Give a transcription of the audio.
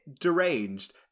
deranged